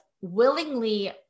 willingly